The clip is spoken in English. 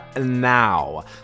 now